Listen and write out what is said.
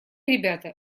ребята